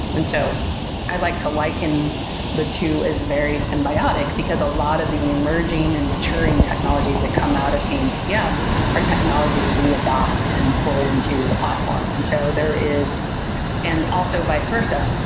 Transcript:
and so i'd like to liken the two is very symbiotic, because a lot of the emerging and maturing technologies that come out of cncf are technologies we adapt and pull into the platform. and so there is and also, vice versa,